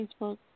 Facebook